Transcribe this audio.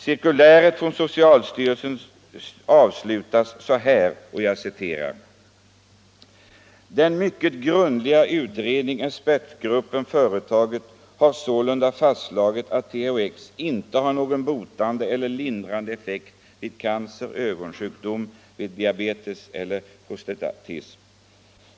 Cirkuläret från socialstyrelsen avslutas så här: ”Den mycket grundliga utredning expertgruppen företagit har sålunda fastslagit, att THX inte har någon botande eller lindrande effekt vid cancer, ögonsjukdom vid diabetes eller prostatism.